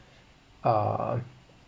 uh